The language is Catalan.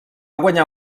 guanyar